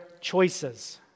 choices